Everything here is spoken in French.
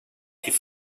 est